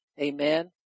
Amen